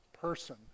person